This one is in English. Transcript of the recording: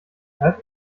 had